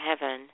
heaven